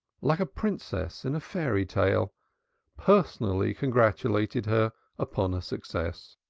like a princess in a fairy tale personally congratulated her upon her success.